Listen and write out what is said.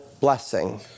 blessing